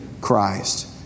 Christ